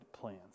plans